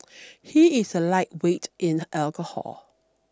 he is a lightweight in alcohol